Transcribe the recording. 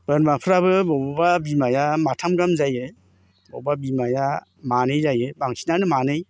बोरमाफ्राबो बबेबा बिमाया माथाम गाहाम जायो बबेबा बिमाया मानै जायो बांसिनानो मानै